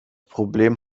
problem